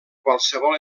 qualsevol